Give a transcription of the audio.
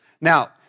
Now